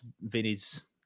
Vinny's